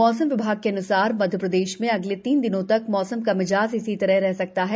मौसम विभाग के अन्सार मप्र में अगले तीन दिनों तक मौसम का मिजाज इसीतरह रह सकता है